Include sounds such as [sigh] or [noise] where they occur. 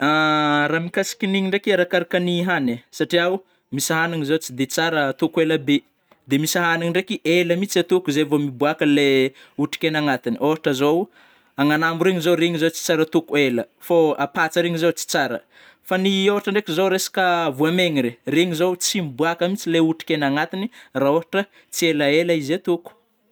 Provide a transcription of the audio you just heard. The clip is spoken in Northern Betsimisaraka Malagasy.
[hesitation] Ra mikasikinigny ndraiky, arakarakiny hanai satriao, misy hanigny zao tsy de tsara atôko elabe, de misy hagniny ndraiky aila mitsy atôko zay vao miboaka lai [hesitation] otrikaina agnatiny, ôhatra zao agnanambo regny zao reny zao tsy tsara atôko ela fô patsa regny zao tsy tsara fa ny [hesitation] ôhatra ndraiky zao resaka voamegny regny, regny zao tsy miboaka mitsy lai ôtrikaigny agnatiny rah ôhatra tsy elaela izy atôko.